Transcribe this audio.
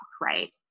Right